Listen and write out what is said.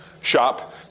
shop